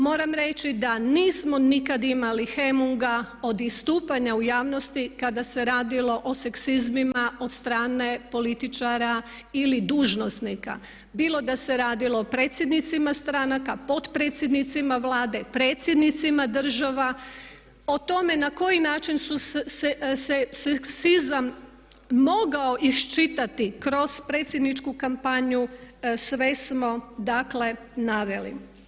Moram reći da nismo nikad imali hemunga od istupanja u javnosti kada se radilo o seksizmima od strane političara ili dužnosnika bilo da se radilo o predsjednicima stranka, potpredsjednicima Vlade, predsjednicima država, o tome na koji način su se seksizam mogao iščitati kroz predsjedničku kampanju sve smo dakle naveli.